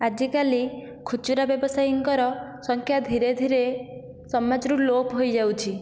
ଆଜିକାଲି ଖୁଚୁରା ବ୍ୟବସାୟୀଙ୍କର ସଂଖ୍ୟା ଧିରେ ଧିରେ ସମାଜରୁ ଲୋପ୍ ହୋଇଯାଉଛି